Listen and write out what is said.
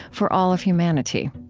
for all of humanity.